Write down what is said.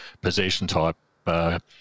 possession-type